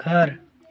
घर